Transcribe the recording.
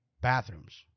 bathrooms